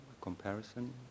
Comparison